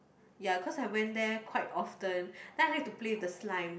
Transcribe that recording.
ya cause I went there quite often then I like to play with the slime